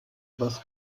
was